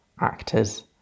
actors